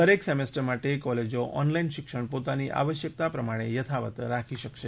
દરેક સેમિસ્ટર માટે કૉલેજો ઓનલાઇન શિક્ષણ પોતાની આવશ્યકતા પ્રમાણે યથાવત રાખી શકશે